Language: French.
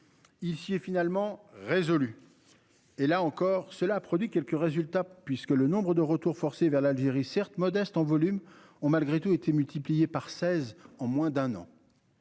Il s'y est finalement résolu. Et là encore cela a produit quelques résultats puisque le nombre de retours forcés vers l'Algérie certes modeste en volume ont malgré tout été multiplié par 16 en moins d'un an.